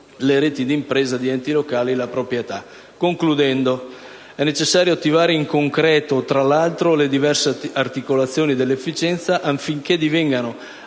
conclusione, è necessario attivare in concreto, tra 1'altro, le diverse articolazioni dell'efficienza affinché divengano anello